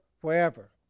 forever